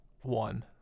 One